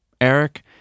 Eric